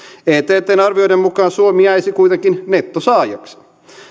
ettn arvioiden mukaan suomi jäisi kuitenkin nettosaajaksi